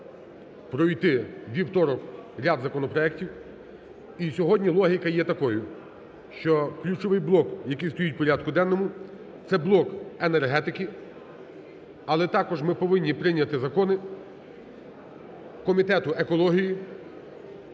пройти у вівторок ряд законопроектів, і сьогодні логіка є такою, що ключовий блок, який стоїть у порядку денному, це блок енергетики. Але також ми повинні прийняти закони комітету екології,